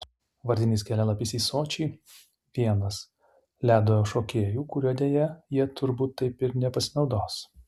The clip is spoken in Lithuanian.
vardinis kelialapis į sočį vienas ledo šokėjų kuriuo deja jie turbūt taip ir nepasinaudos